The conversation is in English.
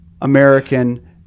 american